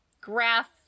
graph